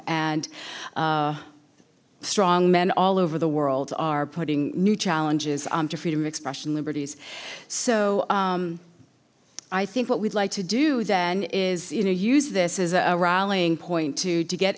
and strongmen all over the world are putting new challenges to freedom of expression liberties so i think what we'd like to do then is you know use this as a rallying point to to get